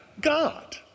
God